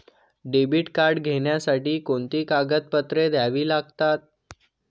Debit card घेण्यासाठी कोणती कागदपत्रे द्यावी लागतात?